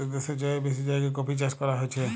তিয়াত্তর দ্যাশের চাইয়েও বেশি জায়গায় কফি চাষ ক্যরা হছে